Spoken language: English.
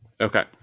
Okay